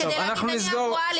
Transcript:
כדי להגיד אני "אבו עלי",